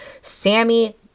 Sammy